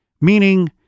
Meaning